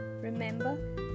remember